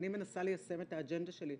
אני מנסה ליישם את האג'נדה שלי.